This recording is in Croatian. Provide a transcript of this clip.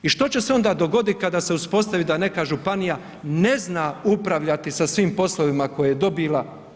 I što će se onda dogoditi kada se uspostavi da neka županija ne zna upravljati sa svim poslovima koje je dobila?